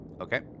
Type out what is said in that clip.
Okay